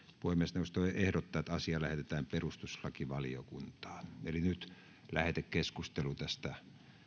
puhemiesneuvosto ehdottaa että asia lähetetään perustuslakivaliokuntaan eli nyt lähetekeskustelu tästä